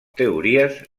teories